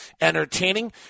entertaining